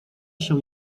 się